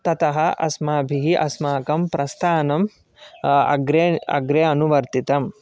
ततः अस्माभिः अस्माकं प्रस्थानं अग्रे अग्रे अनुवर्तितम्